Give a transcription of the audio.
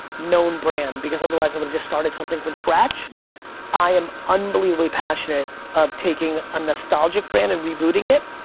known brand, because otherwise, i would have just started something from scratch, yeah i am unbelievably passionate of taking a nostalgic brand and rebooting it,